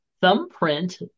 thumbprint